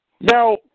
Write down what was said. Now